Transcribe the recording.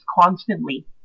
constantly